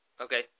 Okay